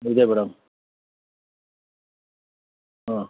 ಇದೆ ಮೇಡಮ್ ಹಾಂ